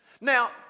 Now